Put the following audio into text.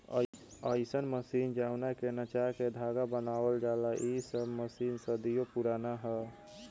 अईसन मशीन जवना के नचा के धागा बनावल जाला इ सब मशीन सदियों पुराना ह